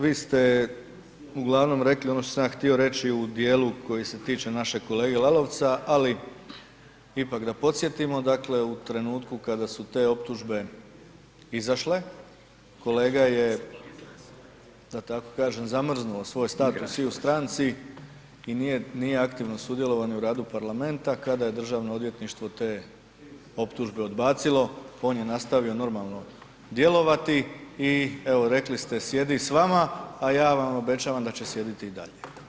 Vi ste uglavnom rekli ono što sam ja htio reći u djelu koji se tiče našeg kolege Lalovca ali ipak da podsjetimo, dale u trenutku kada su te optužbe izašle, kolega je da tako kažem zamrznuo svoj status i u stranci i nije aktivno sudjelovao ni u radu Parlamenta kada je Državno odvjetništvo te optužbe odbacilo, on je nastavio normalno djelovati i evo rekli ste, sjedi s vama a ja vam obećavam da će sjediti i dalje, hvala.